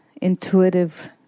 intuitive